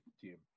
team